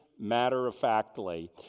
matter-of-factly